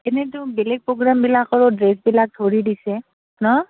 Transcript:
এনেতো বেলেগ প্ৰগ্ৰামবিলাকৰো ড্ৰেছবিলাক ধৰি দিছে ন